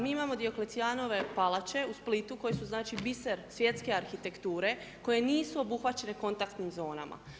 Mi imamo Dioklecijanove palače u Splitu koje su biser svjetske arhitekture, koje nisu obuhvaćene kontaktnim zonama.